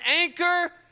anchor